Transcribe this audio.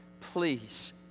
Please